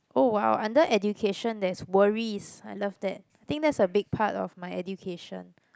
oh !wow! under education there's worries I love that I think that's a big part of my education